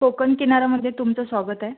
कोकन किनारामध्ये तुमचं स्वागत आहे